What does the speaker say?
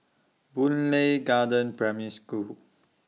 Boon Lay Garden Primary School